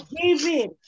David